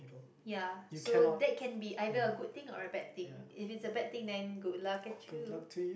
yeah so that can be either a good thing or a bad thing if that's a bad thing that good luck catch you